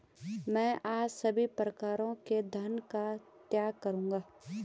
मैं आज सभी प्रकारों के धन का त्याग करूंगा